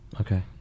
Okay